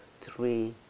three